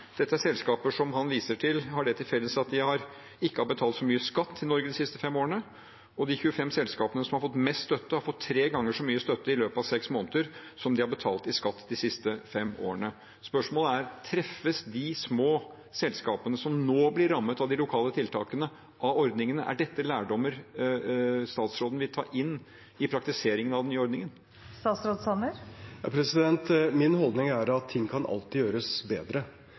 Dette er selskaper som han viser til har det til felles at de ikke har betalt så mye skatt til Norge de siste fem årene, og de 25 selskapene som har fått mest støtte, har fått tre ganger så mye støtte i løpet av seks måneder som de har betalt i skatt de siste fem årene. Spørsmålet er: Treffes de små selskapene som nå blir rammet av de lokale tiltakene, av ordningene? Er dette lærdommer statsråden vil ta inn i praktiseringen av den nye ordningen? Min holdning er at ting alltid kan gjøres bedre.